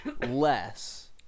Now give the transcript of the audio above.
less